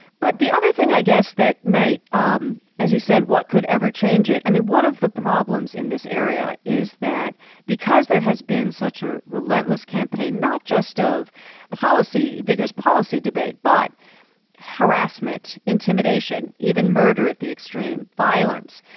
but the other thing i guess that might um as you said, what could ever change it? i mean one of the problems in this area is that because there has been such a relentless campaign, not just of policy debate but harassment, intimidation, even murder at the extreme, violence.